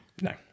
No